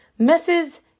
Mrs